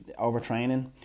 overtraining